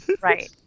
Right